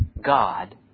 God